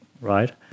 Right